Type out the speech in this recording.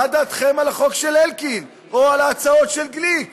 מה דעתכם על החוק של אלקין או על ההצעות של גליק?